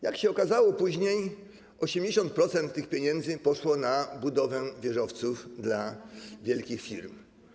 Jak się okazało później, 80% tych pieniędzy poszło na budowę wieżowców dla wielkich firm.